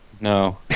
No